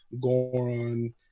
Goron